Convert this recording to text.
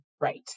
right